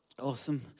Awesome